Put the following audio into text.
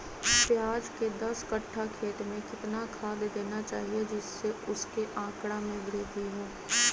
प्याज के दस कठ्ठा खेत में कितना खाद देना चाहिए जिससे उसके आंकड़ा में वृद्धि हो?